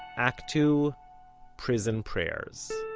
act two prison prayers